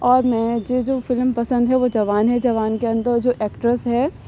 اور میں جس جو فلم پسند ہے وہ جوان ہے جوان کے اندر جو اکٹرس ہے